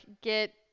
get